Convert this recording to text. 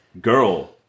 Girl